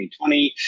2020